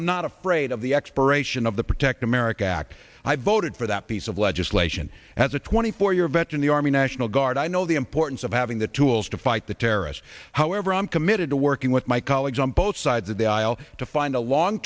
i'm not afraid of the expiration of the protect america act i voted for that piece of legislation as a twenty four year veteran the army national guard i know the importance of having the tools to fight the terrorists however i'm committed to working with my colleagues on both sides of the aisle to find a long